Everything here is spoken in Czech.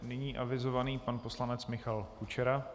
Nyní avizovaný pan poslanec Michal Kučera.